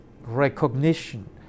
recognition